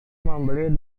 membeli